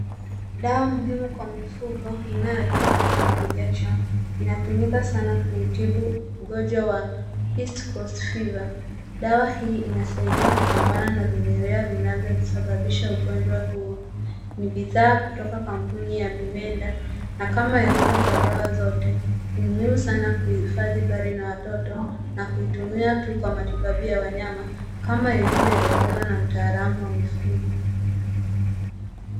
Dawa muhimu kwa mifugo inayoitwa BUVANOL Injection inatumika sana kutibu ugonjwa wa East Coast Fever . Dawa hii inasaidia kupambana na vinyerea vinavyosababisha ugonjwa huo. Ni bidhaa kutoka kampuni ya Bimeda na kama ilivyo kwa dawa zote, ni muhimu sana kuhifadhi mbali na watoto na kuitumia tuuh kwa matibabu ya wanyama kama ilivyoelekezwa na mtaalamu wa mifugo.